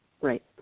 Right